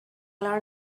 learn